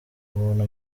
umuntu